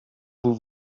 vous